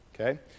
Okay